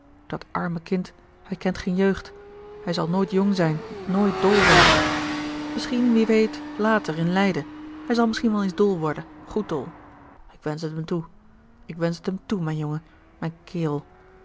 dat arme kind hij kent geen jeugd hij zal nooit jong zijn nooit dol zijn misschien wie weet later in leiden zal hij misschien wel eens dol worden goed dol ik wensch het hem toe ik wensch het hem toe mijn jongen mijn kerel